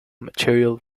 material